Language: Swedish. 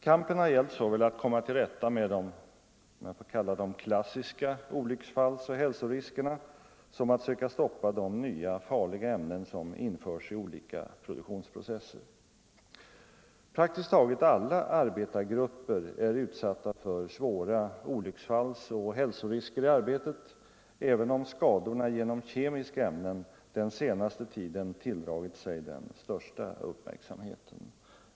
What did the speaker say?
Kampen har gällt såväl att komma till rätta med de klassiska olycksfallsoch hälsoriskerna, om jag får kalla dem så, som att söka stoppa de nya farliga ämnen som införs i olika produktionsprocesser. Praktiskt taget alla arbetargrupper är utsatta för svåra olycksfallsoch hälsorisker i arbetet, även om skadorna genom kemiska ämnen den senaste tiden tilldragit sig största uppmärksamheten.